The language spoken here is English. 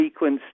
sequenced